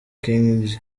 king